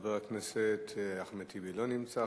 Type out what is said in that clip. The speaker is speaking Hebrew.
חבר הכנסת אחמד טיבי, לא נמצא.